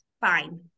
Fine